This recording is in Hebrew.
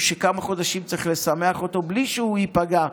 שכמה חודשים צריך לשמח אותו בלי שהוא ייפגע.